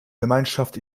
gemeinschaft